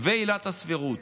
ועילת הסבירות,